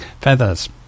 Feathers